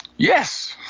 yes